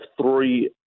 three